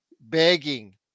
begging